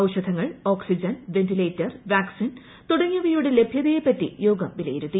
ഔഷധങ്ങൾ oxygen ventilator vaccine തുടങ്ങിയവയുടെ ലഭ്യതയെപ്പറ്റി യോഗം വിലയിരുത്തി